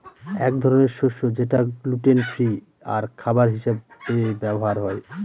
এক ধরনের শস্য যেটা গ্লুটেন ফ্রি আর খাবার হিসাবে ব্যবহার হয়